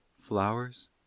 flowers